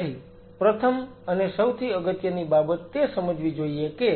તેથી પ્રથમ અને સૌથી અગત્યની બાબત તે સમજવી જોઈએ કે